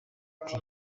ati